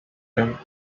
him